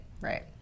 right